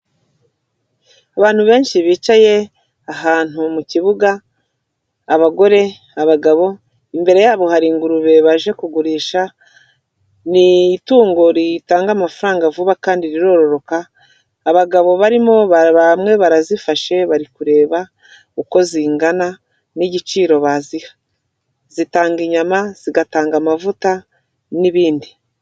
Abantu benshi bicaye ahantu mu kibuga, abagore, abagabo, imbere yabo hari ingurube baje kugurisha, ni itungo ritanga amafaranga vuba kandi rirororoka, abagabo barimo bamwe barazifashe, bari kureba uko zingana n'igiciro baziha, zitanga inyama, zigatanga amavuta n'ibindi.